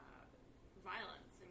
violence